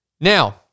Now